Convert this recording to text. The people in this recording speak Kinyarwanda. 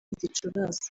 gicurasi